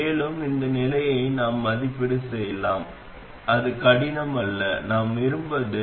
மேலும் இந்த நிலையை நாம் மதிப்பீடு செய்யலாம் அது கடினம் அல்ல நாம் விரும்புவது 1C2|RLjωL2|